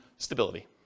Stability